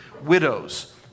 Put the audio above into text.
Widows